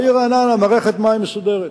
בעיר רעננה יש מערכת מים מסודרת.